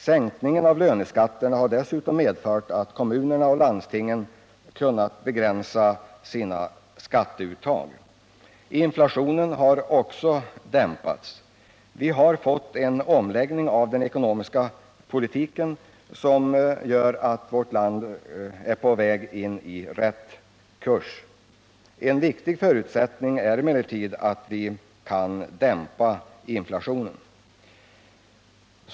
Sänkningen av löneskatterna har dessutom medfört att kommunerna och landstingen kunnat begränsa sina skatteuttag. Inflationen har därmed dämpats. Vi har fått en omläggning av den ekonomiska politiken. Tack vare denna är vårt land på väg mot rätt kurs. En viktig förutsättning är emellertid att vi kan dämpa inflationen ännu mer.